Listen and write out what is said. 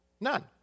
None